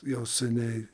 jau seniai